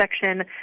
section